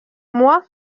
moi